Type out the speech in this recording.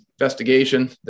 investigation